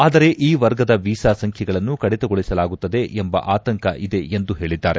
ಆದರೆ ಈ ವರ್ಗದ ವೀಸಾ ಸಂಖ್ಯೆಗಳನ್ನು ಕಡಿತಗೊಳಿಸಲಾಗುತ್ತದೆ ಎಂಬ ಆತಂಕ ಇದೆ ಎಂದು ಹೇಳಿದ್ದಾರೆ